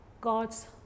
God's